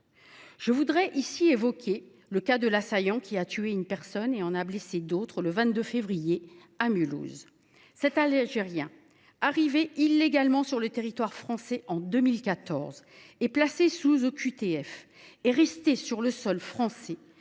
Je souhaite évoquer ici le cas de l’assaillant qui a tué une personne et en a blessé d’autres le 22 février dernier à Mulhouse. Cet Algérien, arrivé illégalement sur le territoire français en 2014 et faisant l’objet d’une OQTF, est resté sur le sol français